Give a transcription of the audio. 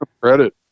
credit